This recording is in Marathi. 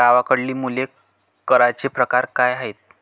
गावाकडली मुले करांचे प्रकार काय आहेत?